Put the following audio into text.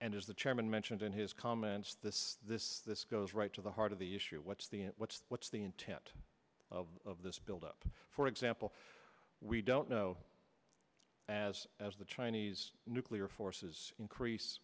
as the chairman mentioned in his comments this this this goes right to the heart of the issue what's the what's what's the intent of this buildup for example we don't know as as the chinese nuclear forces increase